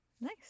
Nice